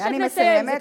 אני מבקשת לסיים.